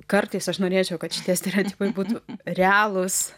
kartais aš norėčiau kad šitie stereotipai būtų realūs